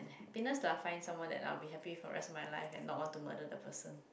and happiness lah find someone that I'll be happy for rest of my life and not want to murder the person